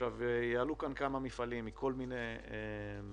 יעלו כאן כמה מפעלים, מכול מיני תחומים.